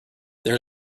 there